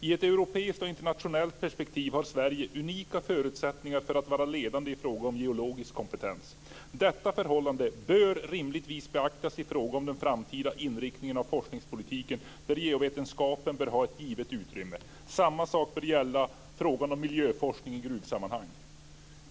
I ett europeiskt och internationellt perspektiv har Sverige unika förutsättningar att vara ledande i fråga om geologisk kompetens. Detta förhållande bör rimligen beaktas i fråga om den framtida inriktningen av forskningspolitiken, där geovetenskap bör ha ett givet utrymme. Samma sak bör gälla frågan om miljöforskning i gruvsammanhang."